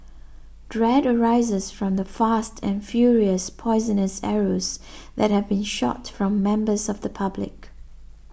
dread arises from the fast and furious poisonous arrows that have been shot from members of the public